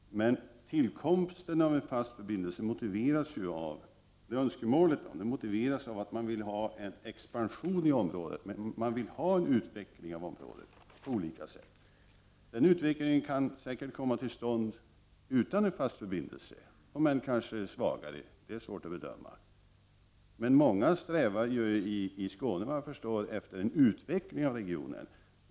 Tillkomsten av en fast förbindelse motiveras dock av att man vill ha expansion i området, en utveckling av området på olika sätt. En sådan utveckling, om än något svagare, kan säkert komma till stånd även utan en fast förbindelse, Det är svårt att bedöma. Enligt vad jag förstår strävar många i Skåne efter en utveckling av regionen.